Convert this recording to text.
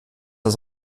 das